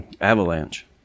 Avalanche